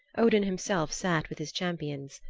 odin himself sat with his champions,